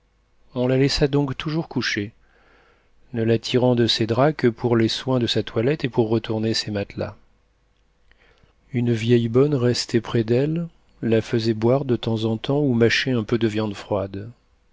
on la laissa donc toujours couchée ne la tirant de ses draps que pour les soins de sa toilette et pour retourner ses matelas une vieille bonne restait près d'elle la faisant boire de temps en temps ou mâcher un peu de viande froide